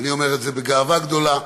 ואני אומר את זה בגאווה גדולה.